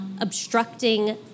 obstructing